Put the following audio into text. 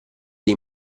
dei